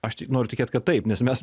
aš tik noriu tikėt kad taip nes mes